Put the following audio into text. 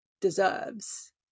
deserves